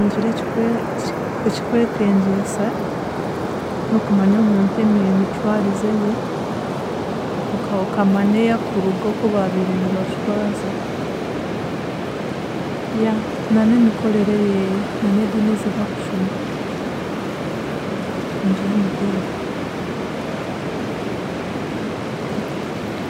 Ningira ekwe ekikwetengyesa, n'okumanya omuntu emi- emicwarize ye, oka- okamanya ayakuruga oku baabiire nibacwaza, yeah na n'emikorere yeeye na n'ediini ezi bakushoma, ningira niryeryo.